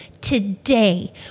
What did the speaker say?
today